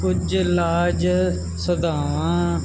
ਕੁੱਝ ਇਲਾਜ ਸਭਾਵਾਂ